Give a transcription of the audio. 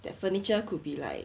that furniture could be like